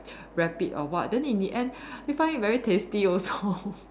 wrap it or what then in the end they find it very tasty also